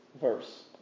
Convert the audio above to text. verse